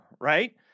right